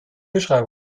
beschreibung